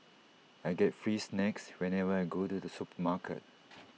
I get free snacks whenever I go to the supermarket